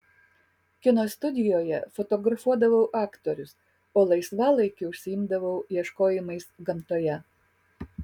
kino studijoje fotografuodavau aktorius o laisvalaikiu užsiimdavau ieškojimais gamtoje